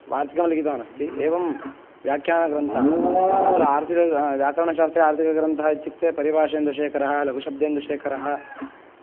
वार्तिकं लिखितवान् अस्ति एवं व्याख्यानग्रन्थाः तत्र आर्थिकं व्याकरणशास्त्रे आर्थिकग्रन्थः इत्युक्ते परिभाषेन्दुशेखरः लघुशब्देन्दुशेखरः